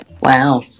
Wow